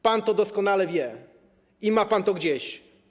Pan to doskonale wie i ma pan to gdzieś.